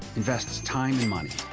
invests time and money,